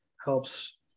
helps